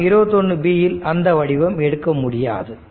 படம் 21 b இல் அந்த வடிவம் எடுக்க முடியாது